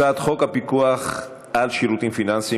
הצעת חוק הפיקוח על שירותים פיננסיים